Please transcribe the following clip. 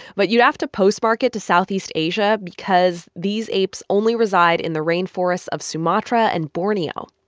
but you'd have to postmark it to southeast asia because these apes only reside in the rainforests of sumatra and borneo.